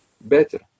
better